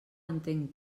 entenc